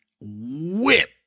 whip